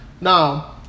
Now